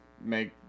make